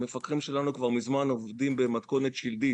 המפקחים שלנו כבר מזמן אבודים במתכונת שלדית.